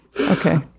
Okay